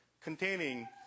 containing